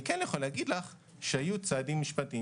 אני יכול להגיד לך שהיו צעדים משפטיים,